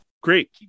Great